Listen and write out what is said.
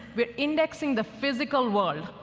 we're indexing the physical world,